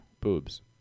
Boobs